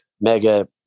mega